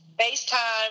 FaceTime